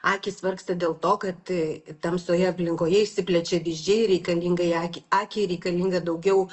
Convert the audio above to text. akys vargsta dėl to kad tamsioje aplinkoje išsiplečia vyzdžiai reikalinga į akį akiai reikalinga daugiau